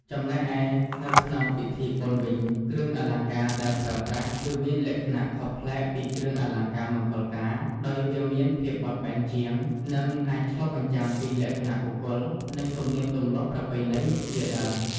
ចំណែកឯនៅក្នងពិធីបុណ្យវិញគ្រឿងអលង្ការដែរប្រើប្រាស់ គឺមានលក្ខណៈខុសប្លែកពីគ្រឿងអលង្ការមង្គលការ ដោយវាមានភាពបត់បែនជាង និង អាចឆ្លុះបញ្ចាំងពីលក្ខណៈបុគ្គល និង ទំនៀមទម្លាប់ប្រពៃណីជាដើម។